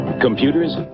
Computers